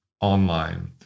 online